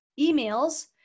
emails